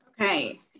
Okay